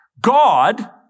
God